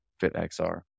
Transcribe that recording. FitXR